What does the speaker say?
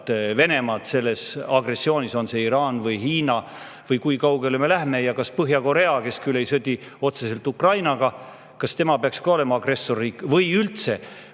Venemaad selles agressioonis, on see siis Iraan või Hiina? Kui kaugele me läheme? Kas Põhja-Korea, kes küll ei sõdi otseselt Ukrainaga, peaks ka olema agressorriik, või üldse